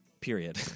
period